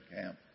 camp